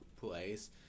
place